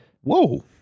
Whoa